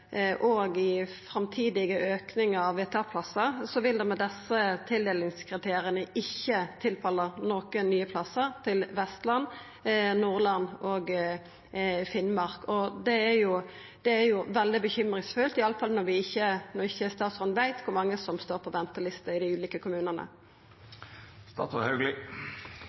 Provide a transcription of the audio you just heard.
òg i framtidige aukingar av talet på VTA-plassar ikkje vil koma nokon nye plassar til Vestland, Nordland og Finnmark. Det gir stor grunn til uro, i alle fall når statsråden ikkje veit kor mange som står på venteliste i dei ulike kommunane.